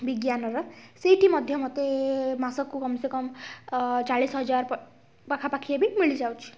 ବିଜ୍ଞାନର ସେଇଠି ମଧ୍ୟ ମୋତେ ମାସ କୁ କମ୍ ସେ କମ୍ ଚାଳିଶ୍ ହଜାର୍ ପାଖାପାଖି ଏବେ ମିଳି ଯାଉଛି